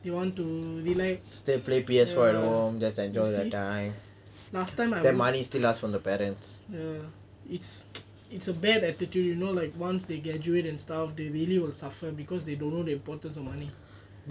they want to relax ya you see last time I would ya it's it's a bad attitude you know like once they graduate and stuff they really will suffer because they don't know the importance of money